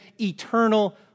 eternal